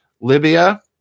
Libya